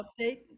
update